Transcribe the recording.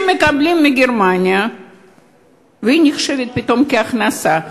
מקבלים מגרמניה והיא נחשבת פתאום להכנסה.